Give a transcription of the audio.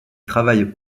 travaille